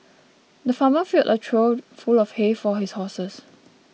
the farmer filled a trough full of hay for his horses